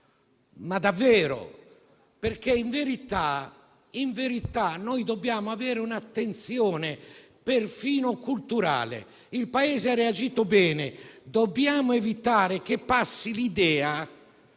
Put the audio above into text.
ragionamento. In verità noi dobbiamo avere un attenzione perfino culturale. Il Paese ha reagito bene e dobbiamo evitare che passi l'idea